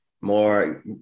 more